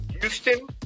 Houston